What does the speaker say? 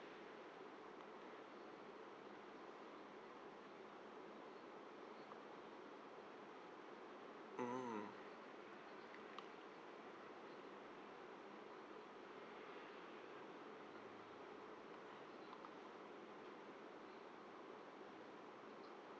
mm